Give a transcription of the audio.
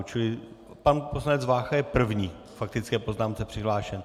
Čili pan poslanec Vácha je první k faktické poznámce přihlášen.